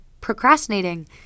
procrastinating